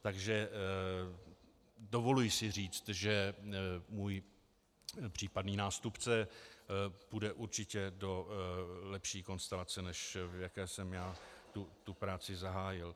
Takže si dovoluji říct, že můj případný nástupce půjde určitě do lepší konstelace, než v jaké jsem já tu práci zahájil.